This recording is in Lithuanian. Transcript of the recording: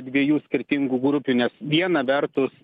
dviejų skirtingų grupių nes viena vertus